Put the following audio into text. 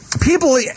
people